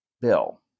bill